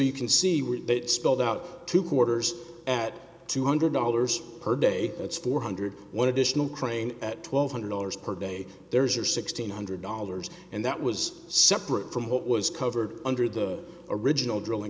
you can see with it spelled out two quarters at two hundred dollars per day it's four hundred one additional crane at twelve hundred dollars per day there's or sixteen hundred dollars and that was separate from what was covered under the original drilling